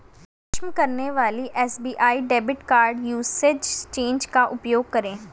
अक्षम करने वाले SBI debit card usage change का उपयोग करें